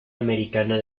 americana